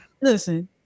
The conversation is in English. listen